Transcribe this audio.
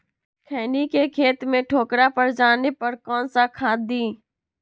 खैनी के खेत में ठोकरा पर जाने पर कौन सा खाद दी?